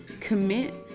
commit